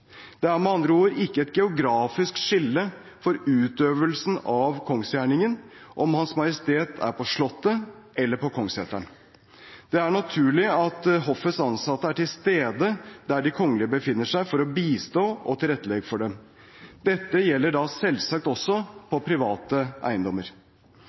Det er med andre ord ikke et geografisk skille for utøvelsen av kongsgjerningen om Hans Majestet er på Slottet eller på Kongsseteren. Det er naturlig at hoffets ansatte er til stede der de kongelige befinner seg, for å bistå og tilrettelegge for dem. Dette gjelder selvsagt også på private eiendommer.